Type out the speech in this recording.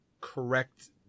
correct